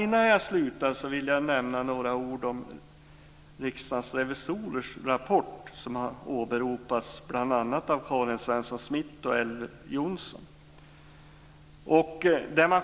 Innan jag slutar vill jag nämna några ord om Riksdagens revisorers rapport som har åberopats bl.a. av Karin Svensson Smith och Elver Jonsson.